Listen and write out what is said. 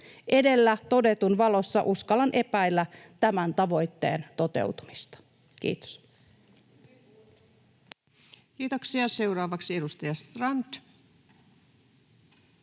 Edellä todetun valossa uskallan epäillä tämän tavoitteen toteutumista. — Kiitos. Kiitoksia. — Seuraavaksi edustaja Strand, poissa.